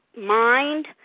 mind